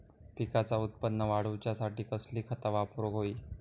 पिकाचा उत्पन वाढवूच्यासाठी कसली खता वापरूक होई?